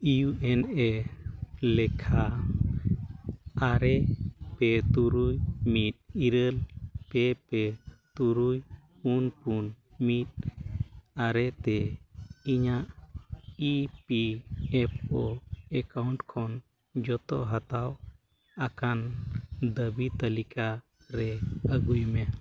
ᱞᱮᱠᱷᱟ ᱟᱨᱮ ᱯᱮ ᱛᱩᱨᱩᱭ ᱢᱤᱫ ᱤᱨᱟᱹᱞ ᱯᱮ ᱯᱮ ᱛᱩᱨᱩᱭ ᱯᱩᱱ ᱯᱩᱱ ᱢᱤᱫ ᱟᱨᱮ ᱛᱮ ᱤᱧᱟᱹᱜ ᱠᱷᱚᱱ ᱡᱚᱛᱚ ᱦᱟᱛᱟᱣ ᱟᱠᱟᱱ ᱫᱟᱹᱵᱤ ᱛᱟᱹᱞᱤᱠᱟ ᱨᱮ ᱟᱹᱜᱩᱭ ᱢᱮ